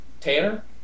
Tanner